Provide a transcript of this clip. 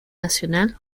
nacional